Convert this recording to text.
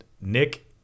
Nick